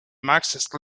marxist